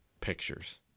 pictures